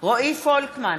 רועי פולקמן,